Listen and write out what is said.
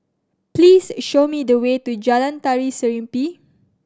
please show me the way to Jalan Tari Serimpi